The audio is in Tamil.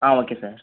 ah okay sir